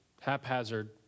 haphazard